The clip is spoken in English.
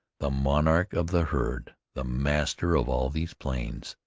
the monarch of the herd, the master of all these plains,